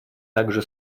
также